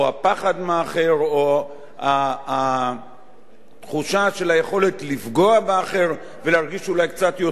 או התחושה של היכולת לפגוע באחר ולהרגיש אולי קצת יותר טוב כתוצאה